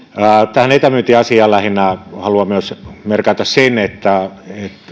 tähän etämyyntiasiaan lähinnä haluan myös merkata sen että